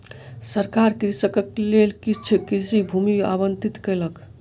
सरकार कृषकक लेल किछ कृषि भूमि आवंटित केलक